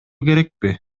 керекпи